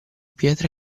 pietre